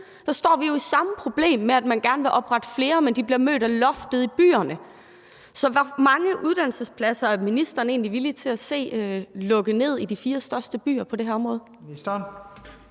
Der står vi jo med det samme problem, nemlig at de gerne vil oprette flere pladser, men de bliver mødt af loftet i byerne. Så hvor mange uddannelsespladser er ministeren egentlig villig til at se lukke ned i de fire største byer på det her område?